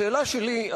השאלה שלי,